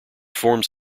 forms